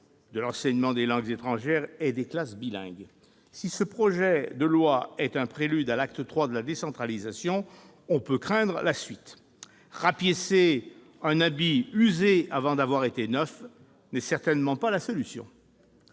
de l'enseignement des langues étrangères et des classes bilingues. Si ce projet de loi est un prélude à l'acte III de la décentralisation, on peut craindre la suite. Rapiécer un habit qui est usé avant même d'avoir été neuf n'est certainement pas la solution